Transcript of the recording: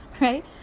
Right